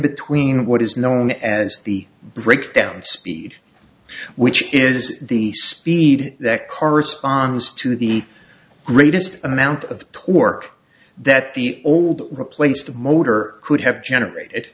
between what is known as the breakdown speed which is the speed that corresponds to the greatest amount of torque that the old replaced motor could have generated